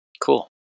Cool